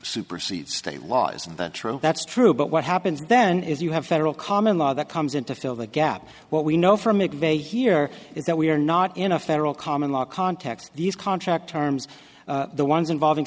supersede state laws and true that's true but what happens then is you have federal common law that comes in to fill the gap what we know from mcveigh here is that we are not in a federal common law context these contract terms the ones involving